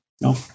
no